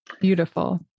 beautiful